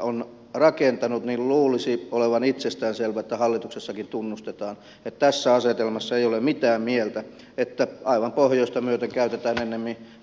on rakentanut luulisi olevan itsestään selvä että hallituksessakin tunnustetaan että tässä asetelmassa ei ole mitään mieltä että aivan pohjoista myöten